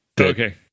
Okay